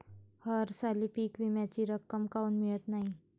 हरसाली पीक विम्याची रक्कम काऊन मियत नाई?